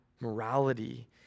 morality